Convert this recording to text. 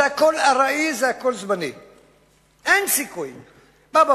זה הכול ארעי, זה הכול זמני.